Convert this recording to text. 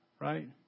Right